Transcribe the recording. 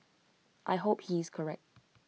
I hope he is correct